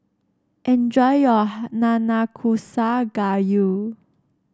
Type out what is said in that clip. enjoy your Nanakusa Gayu